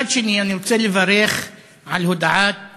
מצד שני, אני רוצה לברך על הודעת